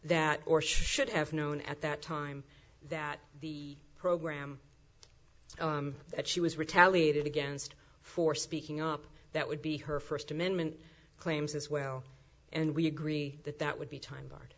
that or should have known at that time that the program that she was retaliated against for speaking up that would be her first amendment claims as well and we agree that that would be time bar